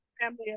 family